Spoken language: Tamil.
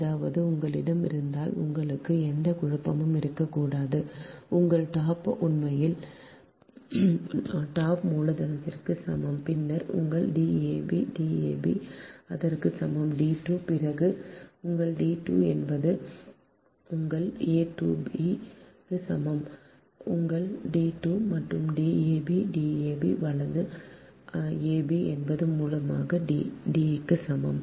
அதாவது உங்களிடம் இருந்தால் உங்களுக்கு எந்த குழப்பமும் இருக்கக் கூடாது உங்கள் dab உண்மையில் dab மூலதனத்திற்கு சமம் பின்னர் உங்கள் dab dab அதற்கு சமம் D 2 பிறகு உங்கள் D 2 என்பது உங்கள் a2b க்கு சமமான உங்கள் d2 மற்றும் dab dab ab என்பது மூலதன D க்கு சமம்